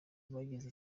bageze